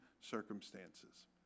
circumstances